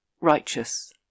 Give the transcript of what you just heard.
righteous